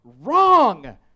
Wrong